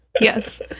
yes